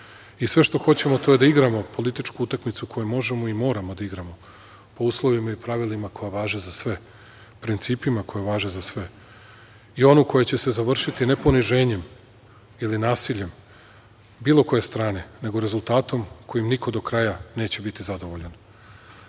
i sve što hoćemo to je da igramo političku utakmicu koju možemo i moramo da igramo po uslovima i pravilima koja važe za sve, po principa koja važe za sve. I onu koja će se završiti ne poniženjem ili nasiljem bilo koje strane, nego rezultatom kojim niko do kraja neće biti zadovoljan. To